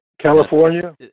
California